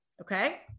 okay